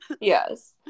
yes